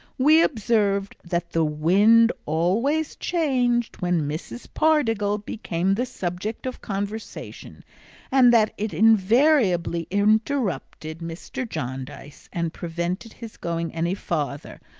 we observed that the wind always changed when mrs. pardiggle became the subject of conversation and that it invariably interrupted mr. jarndyce and prevented his going any farther,